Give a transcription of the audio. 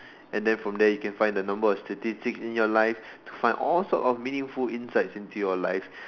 and then from there you can find the number of statistics in your life to find all sorts of meaningful insights into your life